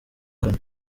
kane